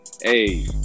Hey